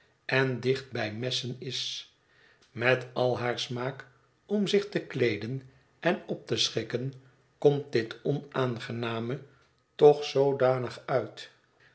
en dicht bij messen is met al haar smaak om zich te kleeden en op te schikken komt dit onaangename toch zoodanig uit